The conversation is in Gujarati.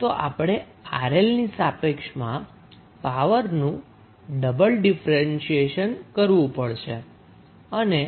તો આપણે 𝑅𝐿 ની સાપેક્ષમાં પાવર નું ડબલ ડીફરેન્શીએશન કરવું પડશે અને